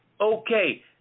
okay